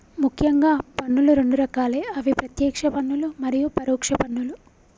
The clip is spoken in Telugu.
ముఖ్యంగా పన్నులు రెండు రకాలే అవి ప్రత్యేక్ష పన్నులు మరియు పరోక్ష పన్నులు